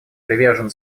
привержено